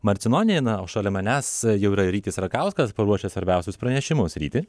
marcinonienė na o šalia manęs jau yra rytis rakauskas paruošęs svarbiausius pranešimus ryti